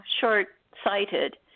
short-sighted